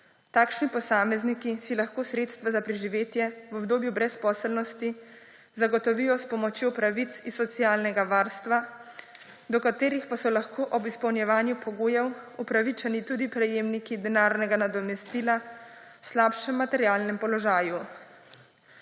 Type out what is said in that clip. Takšni posamezniki si lahko sredstva za preživetje v obdobju brezposelnosti zagotovijo s pomočjo pravic iz socialnega varstva, do katerih pa so lahko ob izpolnjevanju pogojev upravičeni tudi prejemniki denarnega nadomestila v slabšem materialnem položaju.